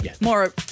More